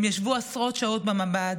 הם ישבו עשרות שעות בממ"ד,